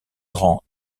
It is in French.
grands